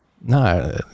no